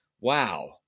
wow